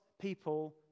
people